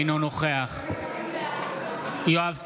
אינו נוכח יואב סגלוביץ'